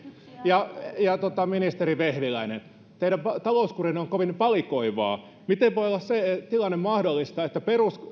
ja ja ministeri vehviläinen teidän talouskurinne on kovin valikoivaa miten voi olla se tilanne mahdollista että